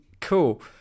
Cool